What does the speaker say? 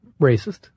racist